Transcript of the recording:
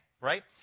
Right